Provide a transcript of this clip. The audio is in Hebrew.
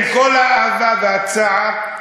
עם כל האהבה והצער,